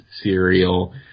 cereal